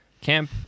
Camp